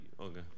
Okay